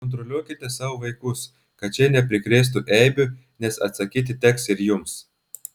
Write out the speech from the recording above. kontroliuokite savo vaikus kad šie neprikrėstų eibių nes atsakyti teks ir jums